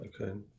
Okay